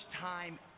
time